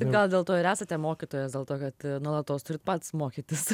gal dėl to ir esate mokytojas dėl to kad nuolatos turite pats mokytis